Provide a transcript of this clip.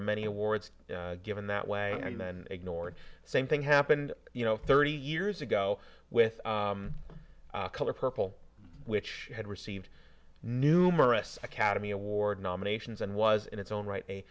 are many awards given that way and then ignored same thing happened you know thirty years ago with color purple which had received numerous academy award nominations and was in its own right a